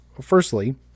firstly